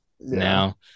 now